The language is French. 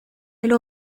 elle